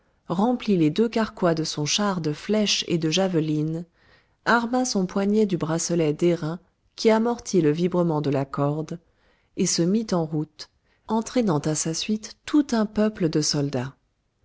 remplit les deux carquois et son char de flèches et de javelines arma son poignet du bracelet d'airain qui amortit le vibrement de la corde et se mit en route entraînant à sa suite tout un peuple de soldats